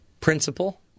Principal